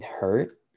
hurt